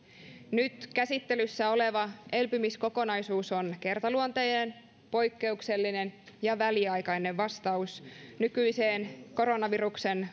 nyt käsittelyssä oleva elpymiskokonaisuus on kertaluonteinen poikkeuksellinen ja väliaikainen vastaus nykyiseen koronaviruksen